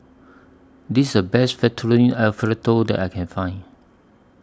This IS The Best Fettuccine Alfredo that I Can Find